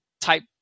type